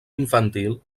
infantil